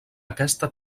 aquesta